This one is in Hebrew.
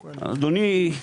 אדוני,